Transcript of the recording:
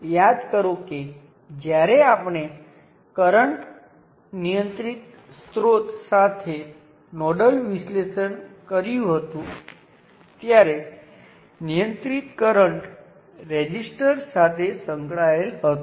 સૌ પ્રથમ હું બે વોલ્ટેજ સ્ત્રોતના શ્રેણી સંયોજનને ધ્યાનમાં લઈશ અને જે વિરુદ્ધ રીતે જોડાયેલ છે જો તમે ધ્રુવીયતા જુઓ તો તેની ડાબી બાજુએ ધન નિશાની છે આ જમણી બાજુ છે અને બંનેનું મૂલ્ય V છે